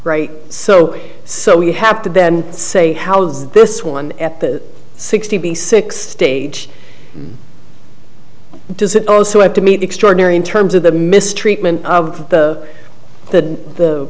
right so so we have to then say how does this one at the sixty six stage does it also have to meet extraordinary in terms of the mistreatment of the the